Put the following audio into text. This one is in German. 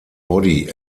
body